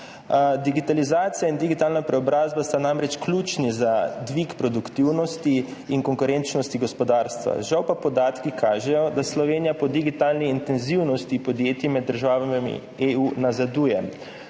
Digitalizacija in digitalna preobrazba sta namreč ključni za dvig produktivnosti in konkurenčnosti gospodarstva, žal pa podatki kažejo, da Slovenija po digitalni intenzivnosti podjetij med državami EU nazaduje.